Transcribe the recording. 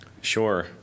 sure